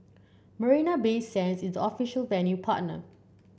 Marina Bay Sands is the official venue partner